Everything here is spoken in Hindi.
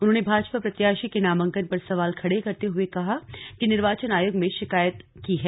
उन्होंने भाजपा प्रत्याशी के नामांकन पर सवाल खड़ा करते हुए निर्वाचन आयोग में शिकायत की है